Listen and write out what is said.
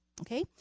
okay